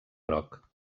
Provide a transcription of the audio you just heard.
groc